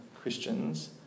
Christians